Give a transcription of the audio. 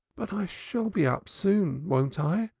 but i shall be up soon, won't i?